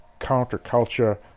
counterculture